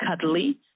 cuddly